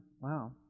Wow